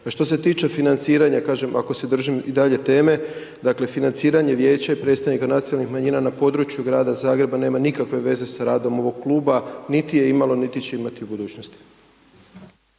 Što se tiče financiranja, kažem, ako se držim i dalje teme, dakle, financiranje vijeća i predstavnika nacionalnih manjina na području Grada Zagreba nema nikakve veze sa radom ovog kluba, niti je imalo, niti će imati u budućnosti.